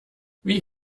wie